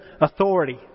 authority